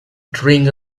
drink